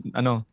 ano